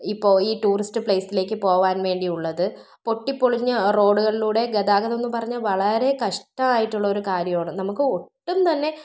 ഇപ്പോൾ ഈ ടൂറിസ്റ്റ് പ്ലേസിലേക്ക് പോകാൻ വേണ്ടി ഉള്ളത് പൊട്ടിപ്പൊളിഞ്ഞ റോഡുകളിലൂടെ ഗതാഗതമെന്ന് പറഞ്ഞാൽ വളരെ കഷ്ടമായിട്ടുള്ളൊരു കാര്യമാണ് നമുക്ക് ഒട്ടും തന്നെ